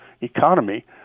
economy